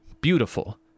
beautiful